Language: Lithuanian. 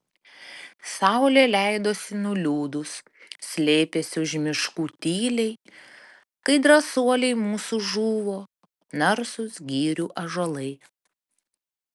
saulė leidosi nuliūdus slėpėsi už miškų tyliai kai drąsuoliai mūsų žuvo narsūs girių ąžuolai